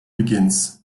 begins